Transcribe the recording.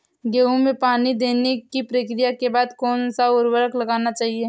गेहूँ में पानी देने की प्रक्रिया के बाद कौन सा उर्वरक लगाना चाहिए?